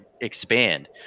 expand